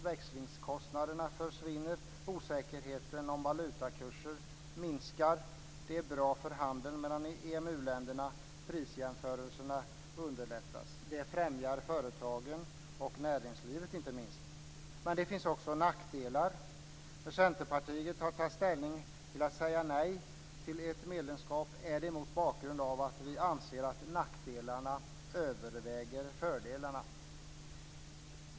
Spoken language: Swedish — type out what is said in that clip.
Växlingskostnaderna försvinner och osäkerheten om valutakurser minskar. Det är bra för handeln mellan EMU-länderna, och prisjämförelserna underlättas. Det främjar företagen och inte minst näringslivet. Men det finns också nackdelar. Centerpartiet har tagit ställning och säger nej till ett medlemskap. Det är mot bakgrund att vi anser att nackdelarna överväger fördelarna.